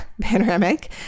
panoramic